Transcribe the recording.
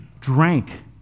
drank